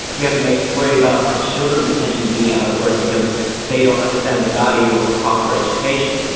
we have to make worry about our children potentially being out of work because they don't understand the value of a proper education.